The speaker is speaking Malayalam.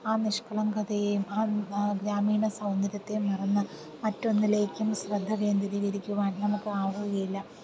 ആ നിഷ്കളങ്കതയും ആ ഗ്രാമീണ സൗന്ദര്യത്തെയും മറന്നു മറ്റൊന്നിലേക്കും ശ്രദ്ധ കേന്ദ്രീകരിക്കുവാൻ നമുക്ക് ആവുകയില്ല